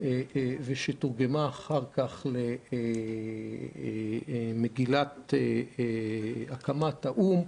ותורגמה אחר כך למגילת הקמת האו"ם,